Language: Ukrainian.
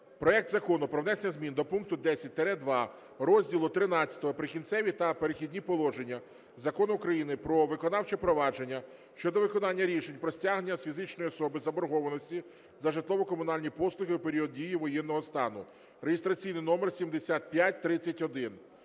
проект Закону про внесення зміни до пункту 10-2 розділу ХІІІ "Прикінцеві та перехідні положення" Закону України "Про виконавче провадження" щодо виконання рішень про стягнення з фізичної особи заборгованості за житлово-комунальні послуги у період дії воєнного стану (реєстраційний номер 7531).